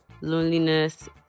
loneliness